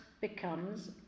becomes